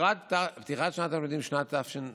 לקראת פתיחת שנת הלימודים תשפ"א